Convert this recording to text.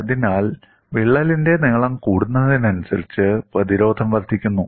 അതിനാൽ വിള്ളലിന്റെ നീളം കൂടുന്നതിനനുസരിച്ച് പ്രതിരോധം വർദ്ധിക്കുന്നു